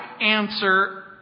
answer